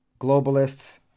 globalists